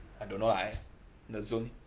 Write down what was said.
I don't know lah I the zoom